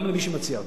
גם למי שמציע אותה.